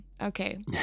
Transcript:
okay